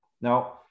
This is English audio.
now